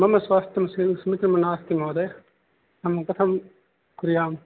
मम स्वास्थं समि समीचीनं नास्ति महोदय अहं कथं कुर्याम्